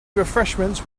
refreshments